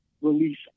release